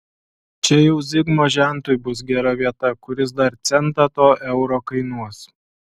čia jau zigmo žentui bus gera vieta kuris dar centą to euro kainuos